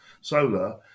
solar